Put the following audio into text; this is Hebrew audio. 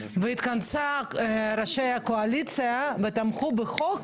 והתכנסו ראשי הקואליציה ותמכו בחוק,